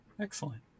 Excellent